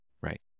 Right